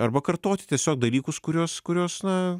arba kartoti tiesiog dalykus kuriuos kuriuos na